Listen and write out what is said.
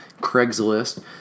Craigslist